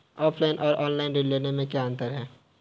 Offline और online ऋण लेने में क्या अंतर है?